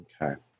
Okay